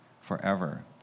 forever